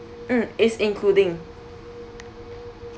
mm is including